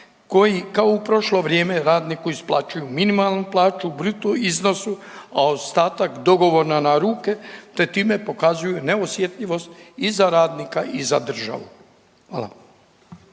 koji, kao u prošlo vrijeme, radniku isplaćuju minimalnu plaću u bruto iznosu, a ostatak dogovora na ruke te time pokazuju neosjetljivost i za radnika i za državu? Hvala.